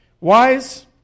Wise